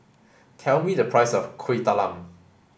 tell me the price of Kuih Talam